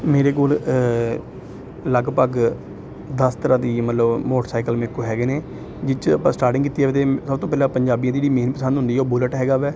ਮੇਰੇ ਕੋਲ ਲਗਭਗ ਦਸ ਤਰ੍ਹਾਂ ਦੀ ਮਤਲਬ ਮੋਟਰਸਾਈਕਲ ਮੇਰੇ ਕੋਲ ਹੈਗੇ ਨੇ ਜਿਸ 'ਚ ਆਪਾਂ ਸਟਾਰਟਿੰਗ ਕੀਤੀ ਜਾਵੇ ਤਾਂ ਸਭ ਤੋਂ ਪਹਿਲਾਂ ਪੰਜਾਬੀ ਦੀ ਜਿਹੜੀ ਮੇਨ ਪਸੰਦ ਹੁੰਦੀ ਉਹ ਬੁਲਟ ਹੈਗਾ ਹੈ